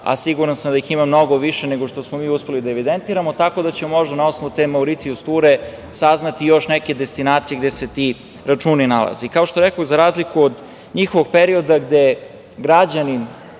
a siguran sam da ih ima mnogo više nego što smo mi uspeli da evidentiramo, tako da će možda na osnovu te Mauricijus ture saznati još neke destinacije gde se ti računi nalaze. Kao što rekoh za razliku od njihovog perioda gde građanin